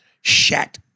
shat